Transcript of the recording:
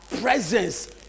presence